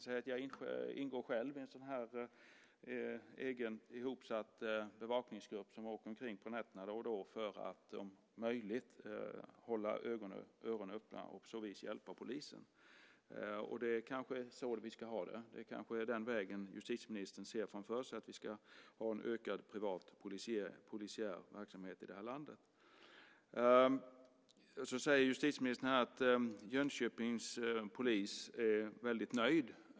Jag ingår själv i en egen ihopsatt bevakningsgrupp som då och då åker omkring på nätterna för att om möjligt hålla ögon och öron öppna och på så vis hjälpa polisen. Kanske är det så vi ska ha det. Den väg justitieministern ser framför sig är kanske en ökad privat polisiär verksamhet i det här landet. Justitieministern säger att Jönköpings polis är väldigt nöjd.